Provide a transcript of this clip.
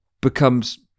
becomes